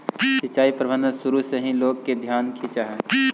सिंचाई प्रबंधन शुरू से ही लोग के ध्यान खींचऽ हइ